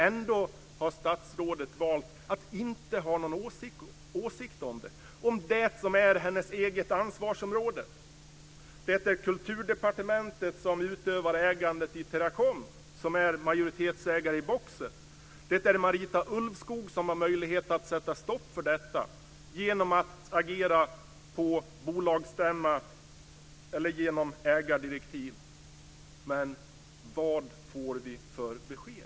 Ändå har statsrådet valt att inte ha någon åsikt om det här - om det som är hennes eget ansvarsområde. Det är Kulturdepartementet som utövar ägandet i Teracom, som är majoritetsägare i Boxer. Det är Marita Ulvskog som har möjlighet att sätta stopp för detta genom att agera på bolagsstämma eller genom ägardirektiv. Men vad får vi för besked?